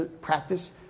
practice